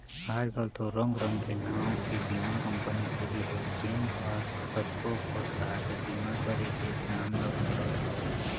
आजकल तो रंग रंग के नांव के बीमा कंपनी होगे हे जेन ह कतको परकार के बीमा करे के काम ल करत हवय